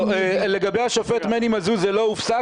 לא, לגבי השופט מני מזוז זה לא הופסק.